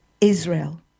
Israel